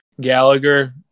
Gallagher